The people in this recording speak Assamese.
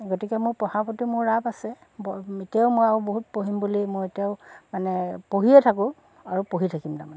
গতিকে মোৰ পঢ়াৰ প্ৰতি মোৰ ৰাপ আছে বৰ এতিয়াও মই আৰু মই বহুত পঢ়িম বুলি মই এতিয়াও মানে পঢ়িয়ে থাকোঁ আৰু পঢ়ি থাকিম তাৰমানে